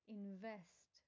invest